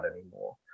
anymore